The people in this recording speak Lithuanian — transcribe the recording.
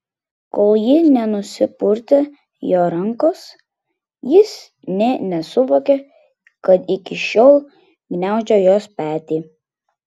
kol ji nenusipurtė jo rankos jis nė nesuvokė kad iki šiol gniaužė jos petį